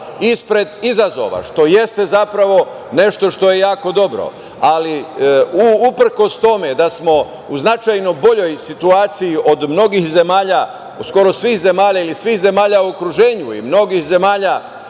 ispred izazova što jeste zapravo nešto što je jako dobro. Ali, uprkos tome da smo u značajno boljoj situaciji od mnogih zemalja, skoro svih zemalja ili svih zemalja u okruženju i mnogih zemalja